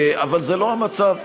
אבל זה לא המצב.